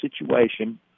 situation